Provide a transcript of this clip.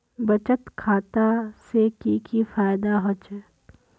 बचत खाता से की फायदा होचे?